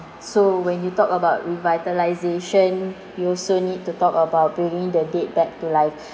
so when you talk about revitalisation you also need to talk about bringing the dead back to life